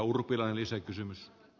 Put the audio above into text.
arvoisa puhemies